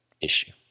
issue